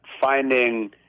finding